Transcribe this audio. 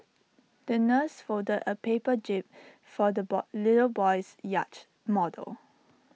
the nurse folded A paper jib for the boy little boy's yacht model